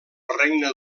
regne